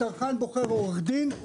הצרכן בוחר עורך דין,